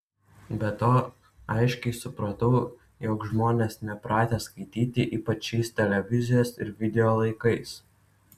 be to aiškiai supratau jog žmonės nepratę skaityti ypač šiais televizijos ir video laikais